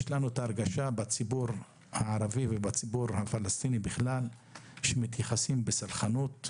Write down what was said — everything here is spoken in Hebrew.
יש לנו הרגשה בציבור הערבי ובציבור הפלסטיני בכלל שמתייחסים בסלחנות,